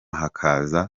hakaza